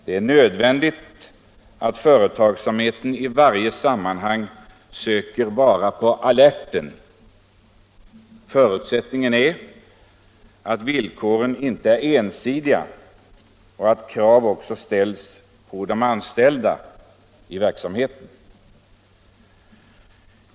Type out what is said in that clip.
Det är nödvändigt att företagsamheten i varje sammanhang söker vara på alerten. Förutsättningen är att villkoren inte är ensidiga och att krav också ställs på de anställda i verksamheten.